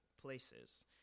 places